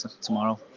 tomorrow